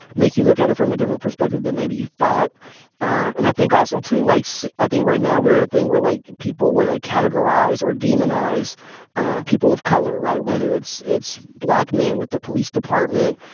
make you look at it from a different perspective than maybe you thought and i think also, too, like, so i think right now, we're at a thing where, like, people want to categorize or demonize people of color right? whether it's it's black men with the police department.